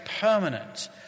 permanent